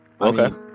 okay